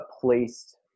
placed